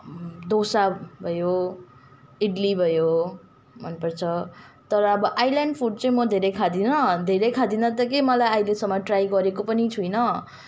डोसा भयो इडली भयो मनपर्छ तर अब आइल्यान्ड फुड चाहिँ म धेरै खाँदिन धेरै खाँदिन त के मैले अहिलेसम्म ट्राई गरेको पनि छुइनँ